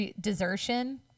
desertion